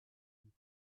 quiet